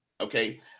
okay